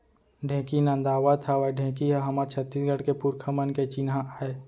ढेंकी नदावत हावय ढेंकी ह हमर छत्तीसगढ़ के पुरखा मन के चिन्हा आय